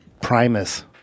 Primus